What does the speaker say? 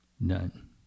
None